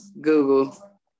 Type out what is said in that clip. Google